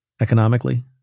economically